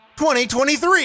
2023